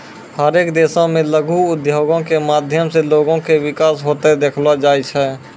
हरेक देशो मे लघु उद्योगो के माध्यम से लोगो के विकास होते देखलो जाय छै